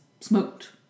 smoked